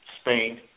Spain